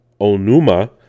Onuma